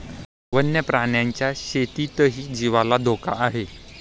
वन्य प्राण्यांच्या शेतीतही जीवाला धोका आहे